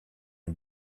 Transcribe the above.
une